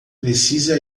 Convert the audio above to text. precisa